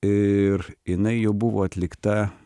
ir jinai jau buvo atlikta